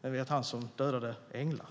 Det var han som dödade Engla.